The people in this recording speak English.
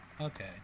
Okay